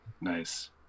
Nice